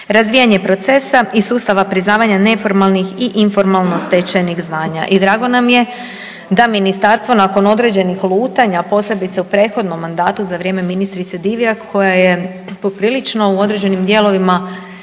razvijanje procesa i sustava priznavanja neformalnih i informalno stečenih znanja. I drago nam je da ministarstvo nakon određenih lutanja, posebice u prethodnom mandatu za vrijeme ministrice Divjak koja je poprilično u određenim dijelovima